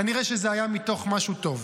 כנראה שזה היה מתוך משהו טוב.